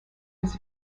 has